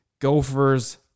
Gophers